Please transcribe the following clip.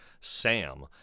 Sam